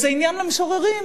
איזה עניין למשוררים,